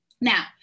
Now